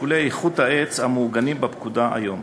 שיקולי איכות העץ המעוגנים בפקודה היום.